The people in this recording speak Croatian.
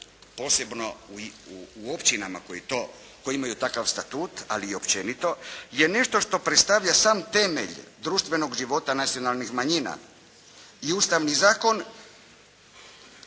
posebno u općinama koje imaju takav statut, ali i općenito, je nešto što predstavlja sam temelj društvenog života nacionalnih manjina i Ustavni zakon,